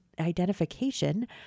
identification